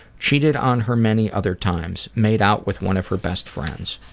cheated on her many other times. made out with one of her best friends.